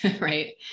right